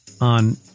on